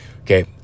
okay